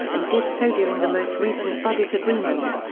and did so during the most recent budget agreement.